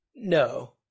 No